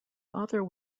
author